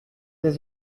des